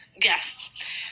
guests